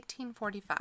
1845